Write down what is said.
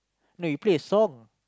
no you play a song